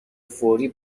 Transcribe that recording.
فوری